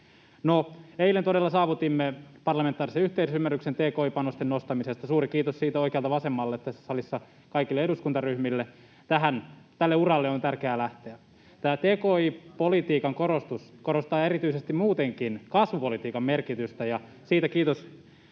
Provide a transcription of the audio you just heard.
Eilen todella saavutimme parlamentaarisen yhteisymmärryksen tki-panosten nostamisesta, suuri kiitos siitä oikealta vasemmalle tässä salissa, kaikille eduskuntaryhmille. Tälle uralle on tärkeää lähteä. Tämä tki-politiikan korostus korostaa erityisesti muutenkin kasvupolitiikan merkitystä,